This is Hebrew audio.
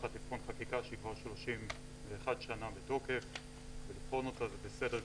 לקחת עדכון חקיקה שהיא כבר 31 שנה בתוקף ולבחון אותה זה בסדר גמור.